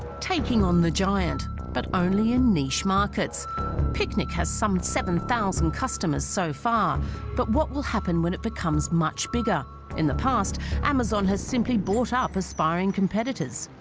taking on the giant but only in niche markets picnic has some seven thousand customers so far but what will happen when it becomes much bigger in the past amazon has simply bought up aspiring competitors